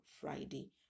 Friday